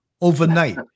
overnight